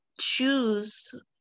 choose